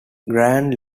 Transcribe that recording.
grand